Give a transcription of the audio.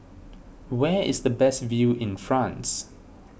where is the best view in France